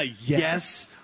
Yes